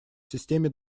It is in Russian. системе